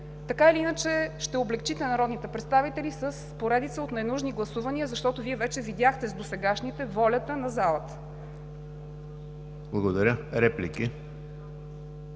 Така или иначе, ще облекчите народните представители с поредица от ненужни гласувания, защото Вие вече видяхте с досегашните волята на залата. ПРЕДСЕДАТЕЛ